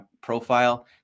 profile